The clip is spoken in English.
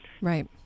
Right